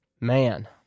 man